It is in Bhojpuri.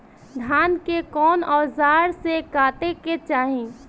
धान के कउन औजार से काटे के चाही?